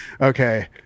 Okay